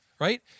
Right